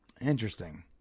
Interesting